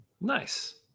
nice